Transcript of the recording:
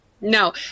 No